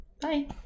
Bye